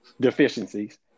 deficiencies